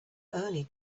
early